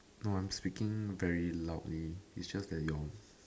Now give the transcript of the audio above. no I'm speaking very loudly is just that your